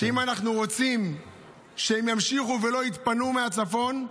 אם אנחנו רוצים שהם ימשיכו ולא יתפנו מהצפון,